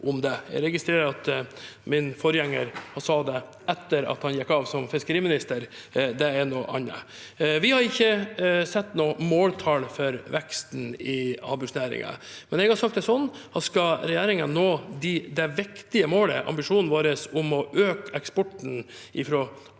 Jeg registrerer at min forgjenger sa det etter at han gikk av som fiskeriminister. Det er noe annet. Vi har ikke satt noe måltall for veksten i havbruksnæringen, men jeg har sagt at skal regjeringen nå det viktige målet og ambisjonen vår om å øke eksporten fra